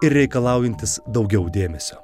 ir reikalaujantis daugiau dėmesio